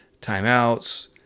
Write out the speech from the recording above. timeouts